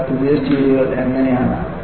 അതിനാൽ പുതിയ സ്റ്റീലുകൾ അങ്ങനെയാണ്